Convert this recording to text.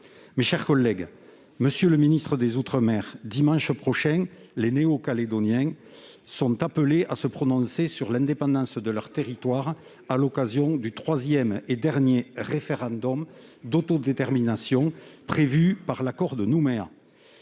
Ma question s'adresse à M. le ministre des outre-mer. Dimanche prochain, les Néo-Calédoniens sont appelés à se prononcer sur l'indépendance de leur territoire lors du troisième et dernier référendum d'autodétermination prévu par l'accord de Nouméa.